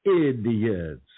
idiots